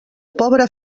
pobre